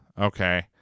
okay